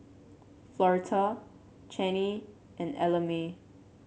Floretta Channie and Ellamae